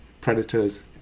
predators